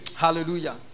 Hallelujah